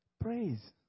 Praise